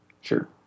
Sure